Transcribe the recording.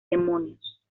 demonios